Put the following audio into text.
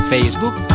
Facebook